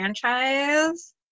franchise